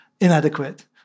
inadequate